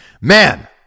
Man